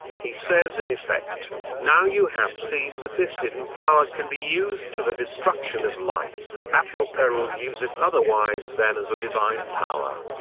he says in effect now you have seen that this hidden power can be used to the destruction of life, at your peril use it otherwise than as a divine power.